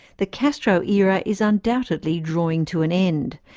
the castro era is undoubtedly drawing to an end,